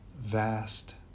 Vast